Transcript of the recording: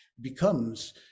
becomes